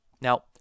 Now